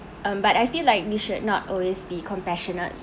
um but I feel like we should not always be compassionate